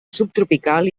subtropical